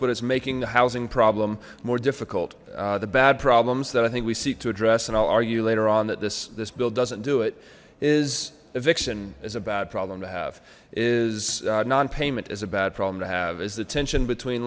but it's making the housing problem more difficult the bad problems that i think we seek to address and i'll argue later on that this this bill doesn't do it is eviction is a bad problem to have is non payment is a bad problem to have is the tension between